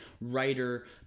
writer